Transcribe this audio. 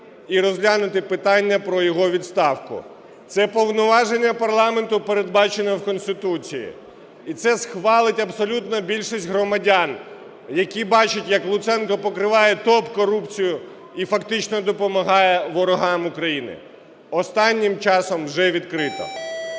і розглянути питання про його відставку. Це повноваження парламенту передбачено в Конституції, і це схвалить абсолютна більшість громадян, які бачать, як Луценко покриває топ-корупцію і фактично допомагає ворогам України останнім часом вже відкрито.